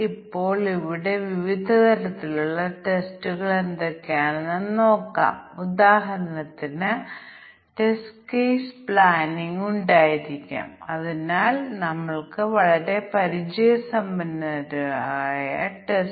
അതിനാൽ ഇവിടെ കാണുക 12 പ്രസ്താവന ശരിയാണെങ്കിൽ ഇത് ചെയ്യും അടുത്തത് പ്രസ്താവനയും സത്യമാകുമ്പോൾ അതുപോലെ 18 65 മുതലായവയുടെ കേസ്